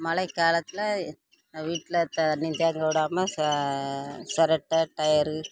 மழை காலத்தில் வீட்டில் தண்ணி தேங்க விடாம ச சிரட்ட டயரு